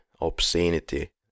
obscenity